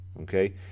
okay